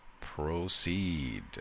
Proceed